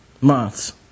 months